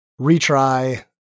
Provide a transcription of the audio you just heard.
retry